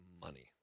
money